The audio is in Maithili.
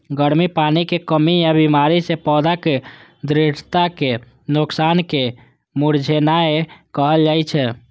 गर्मी, पानिक कमी या बीमारी सं पौधाक दृढ़ताक नोकसान कें मुरझेनाय कहल जाइ छै